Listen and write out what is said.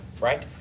right